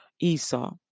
Esau